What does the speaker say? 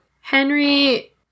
Henry